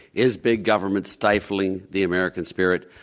is big government stifling the american spirit?